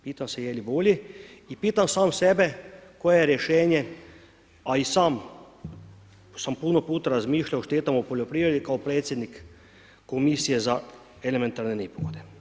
Pitam se je li bolji i pitam sam sebe koje je rješenje, a i sam sam puno puta razmišljao o štetama u poljoprivredi kao predsjednik komisije za elementarne nepogode.